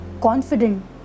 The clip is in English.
confident